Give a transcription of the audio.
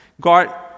God